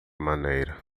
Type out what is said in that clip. maneira